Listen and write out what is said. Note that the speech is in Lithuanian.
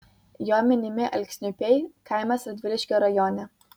jo minimi alksniupiai kaimas radviliškio rajone